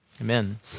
amen